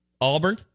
Auburn